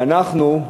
ואנחנו,